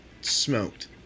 smoked